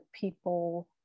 people